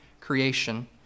creation